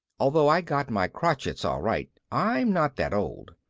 although i got my crochets, all right, i'm not that old.